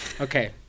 Okay